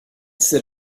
sit